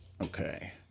Okay